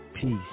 peace